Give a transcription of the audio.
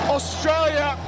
Australia